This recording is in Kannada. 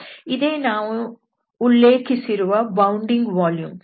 ಇದೇ ನಾವು ಉಲ್ಲೇಖಿಸಿರುವ ಬೌಂಡಿಂಗ್ ವಾಲ್ಯೂಮ್